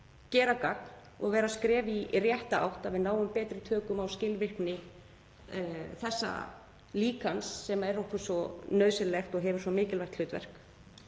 gera gagn og vera skref í rétta átt, að við náum betri tökum á skilvirkni þessa líkans sem er okkur svo nauðsynlegt og hefur svo mikilvægt hlutverk.